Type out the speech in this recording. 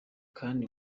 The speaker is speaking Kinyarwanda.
kandi